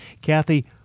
Kathy